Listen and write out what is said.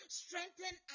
strengthen